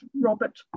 Robert